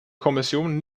kommission